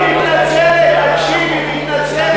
תקשיב, היא מתנצלת.